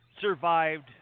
survived